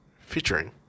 featuring